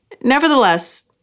Nevertheless